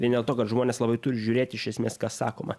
vien dėl to kad žmonės labai turi žiūrėti iš esmės kas sakoma